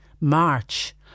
March